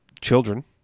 children